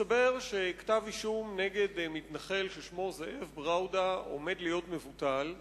מסתבר שכתב אישום נגד מתנחל ששמו זאב בראודה עומד להיות מבוטל.